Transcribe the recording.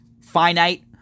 Finite